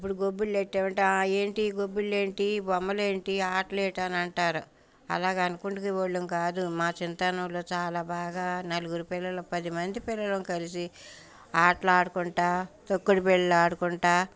ఇప్పుడు గొబ్బిళ్ళు పెట్టమంటే ఏంటి గొబ్బిళ్ళు ఏంటి బొమ్మలు ఏంటి ఆటలు ఏంటి అని అంటారు అలాగా అనుకునే వాళ్ళము కాదు మా చిన్నతనంలో చాలా బాగా నలుగురు పిల్లలు పది మంది పిల్లలం కలిసి ఆటలు ఆడుకుంటూ తొక్కుడు బిళ్ళ ఆడుకుంటా